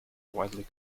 widely